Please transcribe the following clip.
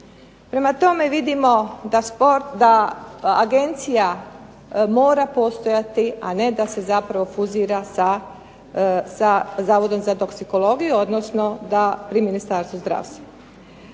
Prema tome, vidimo da agencija mora postojati a ne da se zapravo fuzira sa Zavodom za toksikologiju pri Ministarstvu zdravstva.